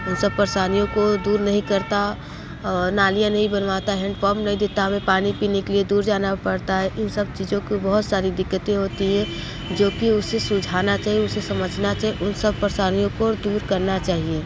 इन सब परेशानियों को दूर नहीं करता नालियाँ नहीं बनवाता हैंडपम्प नहीं देता हमें पानी पीने के लिए दूर जाना पड़ता है इन सब चीज़ों को बहुत सारी दिक्कतें होती है जो कि उसे सुलझाना चाहिए उसे समझना चाहिए उन सब परेशानियों को दूर करना चाहिए